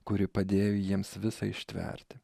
kuri padėjo jiems visa ištverti